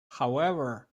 however